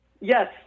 Yes